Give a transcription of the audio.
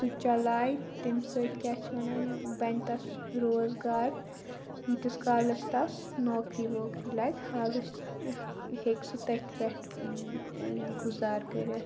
سُہ چلایہِ تٔمۍ سۭتۍ کیٛاہ چھِ وَنان بَنہِ تَس روزگار ییٖتِس کالَس تَس نوکری ووکری لَگہِ حالس ہٮ۪کہِ سُہ تٔتھۍ پٮ۪ٹھ گُزار کٔرِتھ